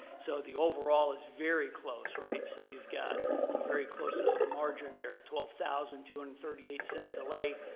so the overall is very close, right? so you've got a very close ah margin there. twelve thousand two hundred and thirty eight said delay,